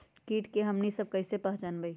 किट के हमनी सब कईसे पहचान बई?